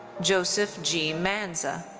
joseph g. maenza.